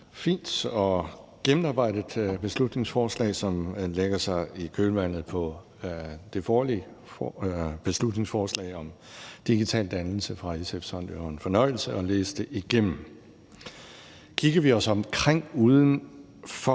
fint og gennemarbejdet beslutningsforslag, som lægger sig i kølvandet på det forrige beslutningsforslag om digital dannelse fra SF's hold. Det var en fornøjelse at læse det igennem. Kigger vi os omkring uden for